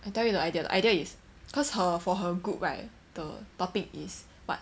I tell you the idea idea the idea is cause her for her group right the topic is what